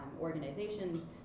organizations